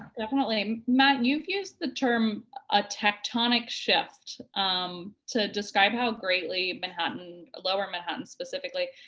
definitely. matt you've used the term a tectonic shift um to describe how greatly manhattan, lower manhattan specifically,